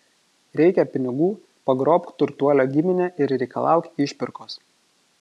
reikia pinigų pagrobk turtuolio giminę ir reikalauk išpirkos